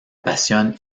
passionne